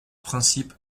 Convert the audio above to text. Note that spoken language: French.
principe